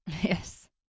Yes